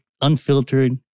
unfiltered